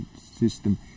system